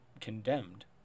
condemned